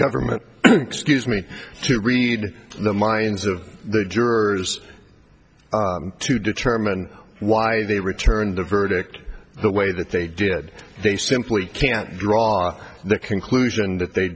government gives me to read the minds of the jurors to determine why they returned a verdict the way that they did they simply can't draw the conclusion that they